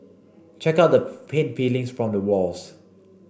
check out the paint peelings from the walls